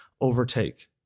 overtake